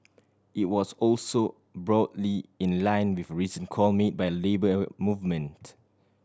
it was also broadly in line with a recent call made by Labour Movement